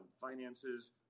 finances